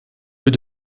lieu